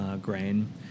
grain